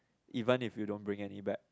even if you don't bring any back